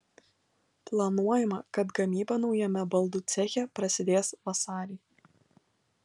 planuojama kad gamyba naujame baldų ceche prasidės vasarį